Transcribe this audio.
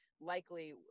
likely